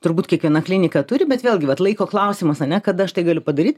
turbūt kiekviena klinika turi bet vėlgi vat laiko klausimas ane kad aš tai galiu padaryt